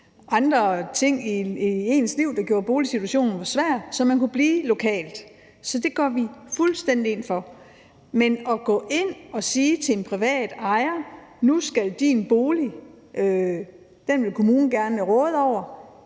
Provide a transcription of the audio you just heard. andre ting i folks liv, der gjorde boligsituationen svær, så man kunne blive lokalt. Så det går vi fuldstændig ind for. Men at gå ind og sige til en privat ejer, at vedkommendes bolig vil kommunen gerne råde over,